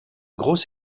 grosse